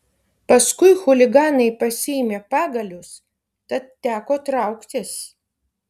paskui chuliganai pasiėmė pagalius tad teko trauktis